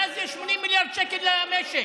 ואז יהיו 80 מיליארד שקל למשק.